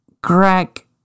crack